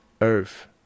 earth